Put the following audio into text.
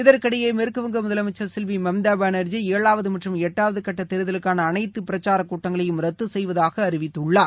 இதற்கிடையே மேற்குவங்க முதலமைச்சர் செல்வி மம்தா பானா்ஜி ஏழாவது மற்றும் எட்டாவது கட்ட தேர்தலுக்கான அனைத்து பிரசார கூட்டங்களையும் ரத்து செய்வதாக அறிவித்துள்ளார்